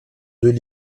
deux